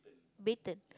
baton